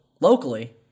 locally